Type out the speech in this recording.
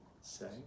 say